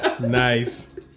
nice